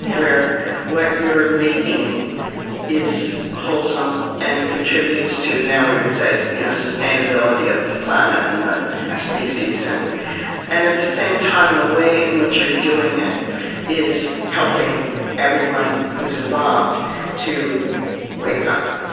where what you're making is wholesome and contributes to now we would say you know sustainability of the planet and the species. and and at the same time, the way in which you're doing it is helping everyone who is involved to wake up